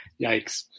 Yikes